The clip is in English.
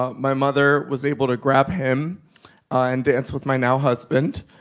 ah my mother was able to grab him and dance with my now-husband.